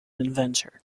inventor